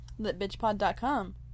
litbitchpod.com